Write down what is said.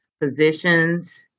positions